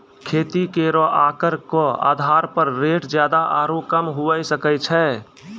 खेती केरो आकर क आधार पर रेट जादा आरु कम हुऐ सकै छै